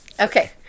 okay